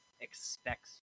expects